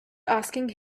asking